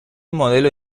modelo